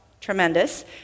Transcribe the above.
tremendous